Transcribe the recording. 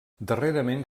darrerament